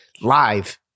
live